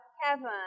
heaven